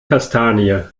kastanie